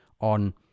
on